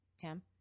Tim